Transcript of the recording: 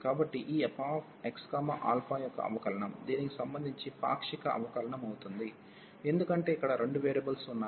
కాబట్టి ఈ fxα యొక్క అవకలనం దీనికి సంబంధించి పాక్షిక అవకలనం అవుతుంది ఎందుకంటే ఇక్కడ రెండు వేరియబుల్స్ ఉన్నాయి